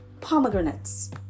pomegranates